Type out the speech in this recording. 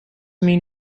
mean